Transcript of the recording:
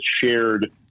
shared